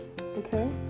okay